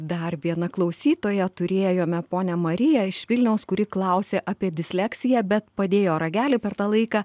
dar viena klausytoja turėjome ponią mariją iš vilniaus kuri klausė apie disleksiją bet padėjo ragelį per tą laiką